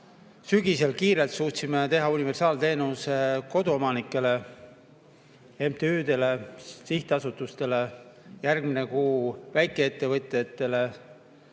sügisel kiirelt suutsime teha universaalteenuse koduomanikele, MTÜ‑dele, sihtasutustele, järgmine kuu ka väikeettevõtjatele